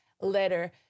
letter